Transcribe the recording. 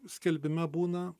skelbime būna